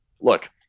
Look